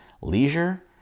leisure